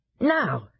Now